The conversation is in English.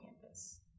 campus